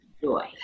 joy